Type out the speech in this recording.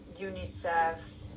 UNICEF